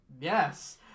yes